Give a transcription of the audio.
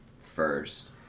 first